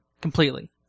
Completely